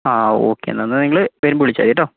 ആ ഓക്കേ എന്നാൽ എന്നാൽ നിങ്ങൾ വരുമ്പോൾ വിളിച്ചാൽ മതി കേട്ടോ